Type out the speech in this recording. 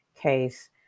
case